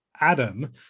Adam